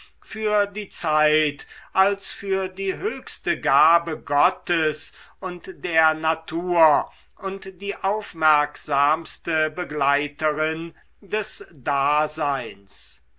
für die zeit als für die höchste gabe gottes und der natur und die aufmerksamste begleiterin des daseins